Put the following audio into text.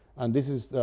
and this is,